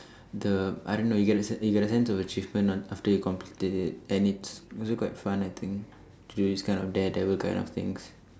the I don't know you get a s~ you get a sense of achievement on after you completed it and it's also quite fun I think to do this kind of daredevil kind of things